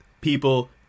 people